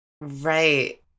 Right